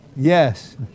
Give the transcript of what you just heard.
Yes